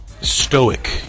stoic